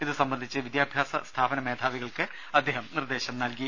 ഇത് സംബന്ധിച്ച് വിദ്യാഭ്യാസ സ്ഥാപനമേധാവികൾക്ക് അദ്ദേഹം നിർദ്ദേശം നൽകി